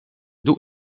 doe